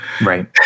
Right